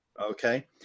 Okay